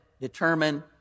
determine